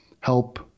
help